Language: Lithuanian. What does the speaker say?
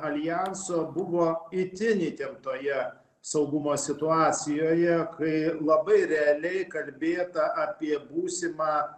aljanso buvo itin įtemptoje saugumo situacijoje kai labai realiai kalbėta apie būsimą